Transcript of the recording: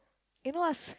you know what's